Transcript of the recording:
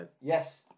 Yes